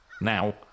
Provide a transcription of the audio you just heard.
Now